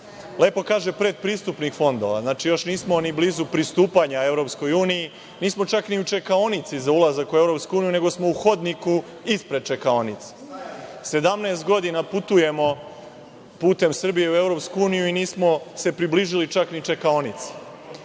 kaže predpristupnih fondova, još nismo ni blizu pristupanja EU, nismo čak ni u čekaonici za ulazak u EU, nego smo u hodniku ispred čekaonice. 17 godina putujemo putem Srbije u EU i nismo se približili, čak ni čekaonici.